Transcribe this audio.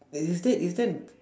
maybe is that is that